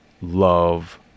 love